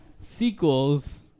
sequels